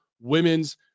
women's